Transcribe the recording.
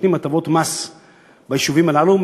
שנותנים הטבות מס ביישובים הללו,